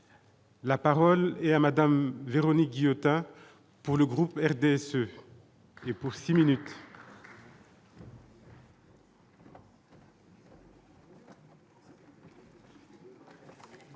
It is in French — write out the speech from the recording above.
la parole est à madame Véronique Guillotin, pour le groupe RDSE et pour 6 minutes.